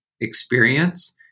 experience